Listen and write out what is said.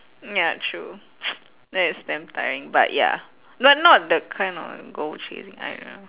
ya true that is damn tiring but ya but not the kind of goal chasing